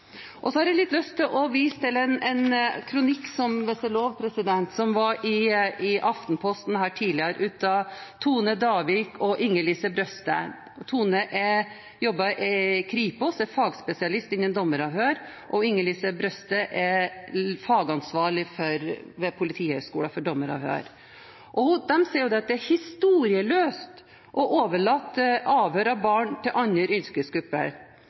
avhør. Så har jeg lyst til å vise til en kronikk av Tone Davik og Inger-Lise Brøste, som sto i Aftenposten. Tone Davik jobber i Kripos og er fagspesialist innen dommeravhør, og Inger-Lise Brøste er fagansvarlig for dommeravhør ved Politihøgskolen, og de sier at det er «historieløst» å overlate avhør av barn til andre